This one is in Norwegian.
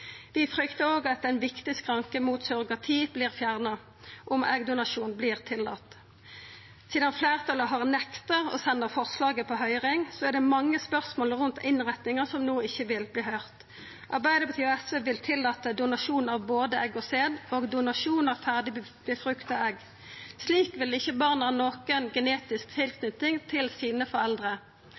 Vi fryktar òg at ein viktig skranke mot surrogati vert fjerna om eggdonasjon vert tillate. Sidan fleirtalet har nekta å senda forslaget på høyring, er det mange spørsmål rundt innretninga som no ikkje vil verta høyrde. Arbeidarpartiet og SV vil tillata donasjon av både egg og sæd og donasjon av ferdig befrukta egg. Slik vil ikkje barna ha nokon genetisk tilknyting til foreldra sine.